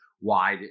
wide